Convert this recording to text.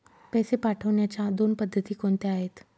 पैसे पाठवण्याच्या दोन पद्धती कोणत्या आहेत?